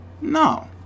no